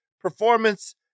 performance